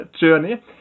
journey